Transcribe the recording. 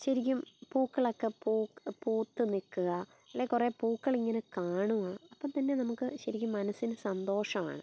ശരിക്കും പൂക്കളക്കെ പൂവ് പൂത്ത് നിൽക്കുക അല്ലേ കുറെ പൂക്കളിങ്ങനെ കാണുക അപ്പം തന്നെ നമുക്ക് ശരിക്കും മനസ്സിന് സന്തോഷവാണ്